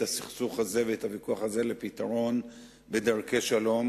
הסכסוך הזה ואת הוויכוח הזה לפתרון בדרכי שלום.